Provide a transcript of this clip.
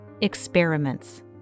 experiments